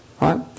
Right